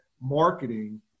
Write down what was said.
marketing